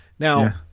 Now